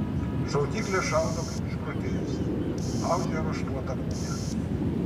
šaudyklė šaudo kaip išprotėjusi audžia raštuotą gūnią